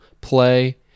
play